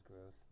gross